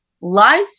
life